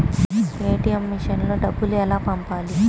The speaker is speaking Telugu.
ఏ.టీ.ఎం మెషిన్లో డబ్బులు ఎలా పంపాలి?